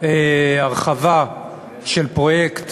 הרחבה של פרויקט